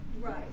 Right